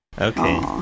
Okay